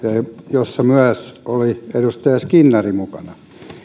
jossa oli myös edustaja skinnari mukana ehdotuksesta